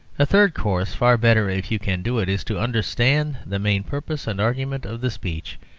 a third course, far better if you can do it, is to understand the main purpose and argument of the speech,